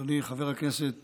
אדוני חבר הכנסת